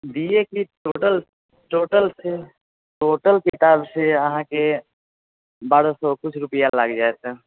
B A के total total total किताब छै बारह सओ किछु रुपआ लागि जायत